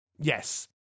Yes